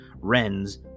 Wren's